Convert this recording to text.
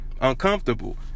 uncomfortable